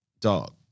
dog